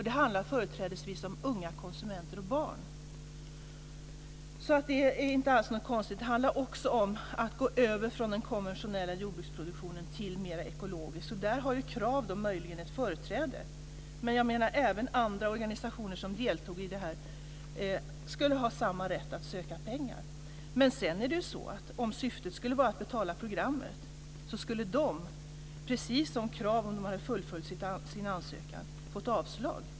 Det handlar företrädesvis om unga konsumenter och barn. Det är inte alls något konstigt. Det handlar också om att gå över från den konventionella jordbruksproduktionen till mer ekologisk produktion. Där har Krav möjligen ett företräde. Men även andra organisationer som deltog i debatten skulle ha samma rätt att söka pengar. Men om syftet skulle vara att betala programmet skulle de, precis som Krav om man hade fullföljt sin ansökan, fått avslag.